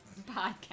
podcast